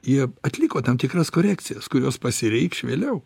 jie atliko tam tikras korekcijas kurios pasireikš vėliau